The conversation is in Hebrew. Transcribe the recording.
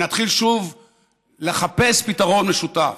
ונתחיל שוב לחפש פתרון משותף,